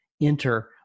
enter